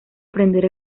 aprender